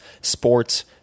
sports